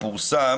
פורסם